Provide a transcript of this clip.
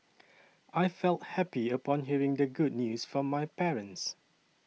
I felt happy upon hearing the good news from my parents